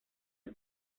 los